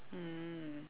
mm